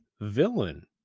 villain